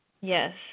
Yes